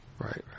right